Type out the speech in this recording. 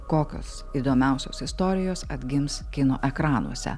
kokios įdomiausios istorijos atgims kino ekranuose